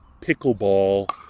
pickleball